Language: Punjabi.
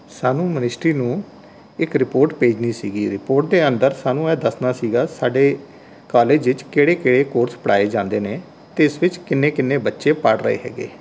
ਸਾਨੂੰ ਮਨਿਸਟਰੀ ਨੂੰ ਇੱਕ ਰਿਪੋਰਟ ਭੇਜਣੀ ਸੀਗੀ ਰਿਪੋਟ ਦੇ ਅੰਦਰ ਸਾਨੂੰ ਇਹ ਦੱਸਣਾ ਸੀਗਾ ਸਾਡੇ ਕਾਲਜ ਵਿੱਚ ਕਿਹੜੇ ਕਿਹੜੇ ਕੋਰਸ ਪੜ੍ਹਾਏ ਜਾਂਦੇ ਨੇ ਅਤੇ ਇਸ ਵਿੱਚ ਕਿੰਨੇ ਕਿੰਨੇ ਬੱਚੇ ਪੜ੍ਹ ਰਹੇ ਹੈਗੇ